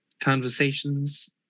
conversations